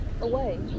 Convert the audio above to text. away